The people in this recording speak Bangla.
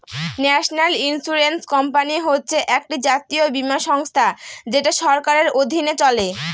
ন্যাশনাল ইন্সুরেন্স কোম্পানি হচ্ছে একটি জাতীয় বীমা সংস্থা যেটা সরকারের অধীনে চলে